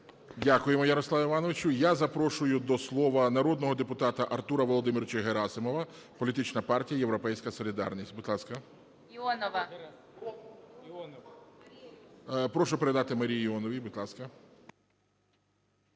Дякуємо, Ярославе Івановичу. Я запрошую до слова народного депутата Артура Володимировича Герасимова, політична партія "Європейська солідарність". Будь ласка. Прошу передати Марії Іоновій. Будь ласка.